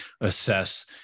assess